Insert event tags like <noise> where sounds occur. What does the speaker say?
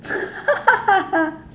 <laughs>